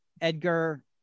edgar